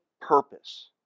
purpose